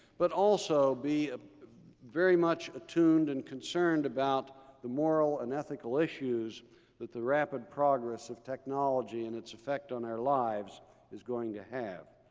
but also be very much attuned and concerned about the moral and ethical issues that the rapid progress of technology and its effect on our lives is going to have.